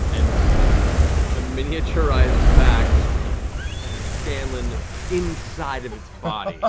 and a miniaturized vax and scanlan inside of its body. ah